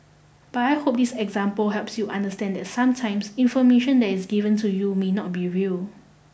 but I hope this example helps you understand that sometimes information that is given to you may not be real